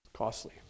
Costly